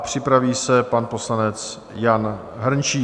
Připraví se pan poslanec Jan Hrnčíř.